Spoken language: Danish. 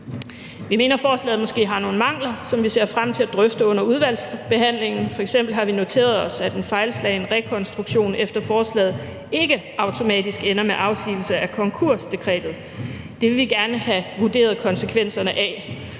Vi mener, at forslaget måske har nogle mangler, som vi ser frem til at drøfte under udvalgsbehandlingen. Vi har f.eks. noteret os, at en fejlslagen rekonstruktion efter forslaget ikke automatisk ender med afsigelse af konkursdekretet. Det vil vi gerne have vurderet konsekvenserne af.